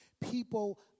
people